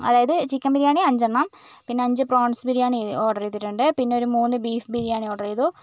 അതായത് ചിക്കൻ ബിരിയാണി അഞ്ചെണ്ണം പിന്നെ അഞ്ച് പ്രോൺസ് ബിരിയാണി ഓർഡർ ചെയ്തിട്ടുണ്ട് പിന്നെ ഒരു മൂന്ന് ബീഫ് ബിരിയാണി ഓർഡർ ചെയ്തു